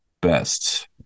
best